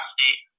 State